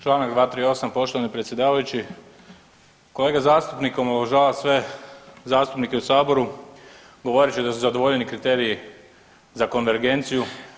Čl. 238. poštovani predsjedavajući, kolega zastupnik omalovažava sve zastupnike u saboru govoreći da su zadovoljeni kriteriji za konvergenciju.